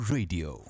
Radio